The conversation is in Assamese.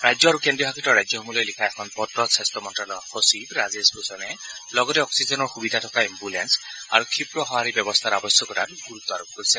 ৰাজ্য আৰু কেন্দ্ৰীয় শাসিত ৰাজ্যসমূহলৈ লিখা এখন পত্ৰত স্বাস্থ্য মন্ত্যালয়ৰ সচিব ৰাজেশ ভূষণে লগতে অপ্সিজেনৰ সুবিধা থকা এঘুলেঞ্চ আৰু ক্ষীপ্ৰ সঁহাৰি ব্যৱস্থাৰ আৱশ্যকতাত গুৰুত্ব আৰোপ কৰিছে